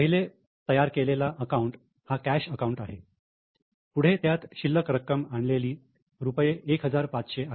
पहिला तयार केलेला अकाउंट हा कॅश अकाउंट आहे पुढे त्यात शिल्लक रक्कम आणलेली रुपये 1500 आहे